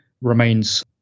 remains